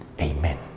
Amen